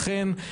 לכן,